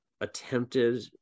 attempted